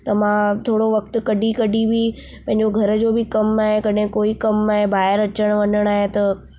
त मां थोरो वक़्तु कढी कढी बि पंहिंजे घर जो बि कमु कॾहिं कोई कमु आहे ॿाहिरि अचणु वञणु आहे त